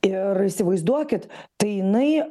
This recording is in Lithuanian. ir įsivaizduokit tai jinai